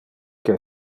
que